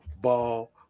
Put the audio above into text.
ball